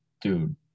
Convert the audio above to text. dude